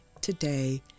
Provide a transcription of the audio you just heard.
today